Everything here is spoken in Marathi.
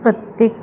प्रत्येक